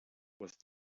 with